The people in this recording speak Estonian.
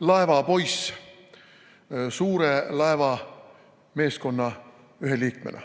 laevapoiss suure laeva meeskonna ühe liikmena.